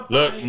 Look